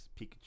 pikachu